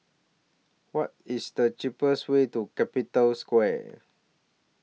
What IS The cheapest Way to Capital Square